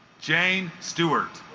jane stewart